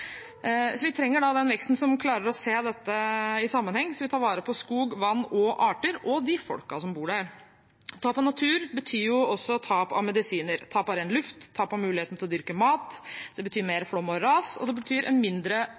Vi trenger den veksten som klarer å se dette i sammenheng, som vil ta vare på skog, vann og arter – og de folkene som bor der. Tap av natur betyr også tap av medisiner, tap av ren luft, tap av muligheten til å dyrke mat. Det betyr mer flom og ras, og det betyr en mindre